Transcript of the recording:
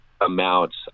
amounts